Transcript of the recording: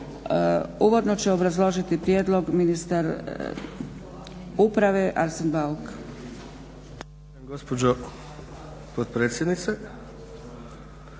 Uvodno će obrazložiti prijedlog ministar uprave Arsen Bauk.